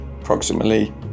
Approximately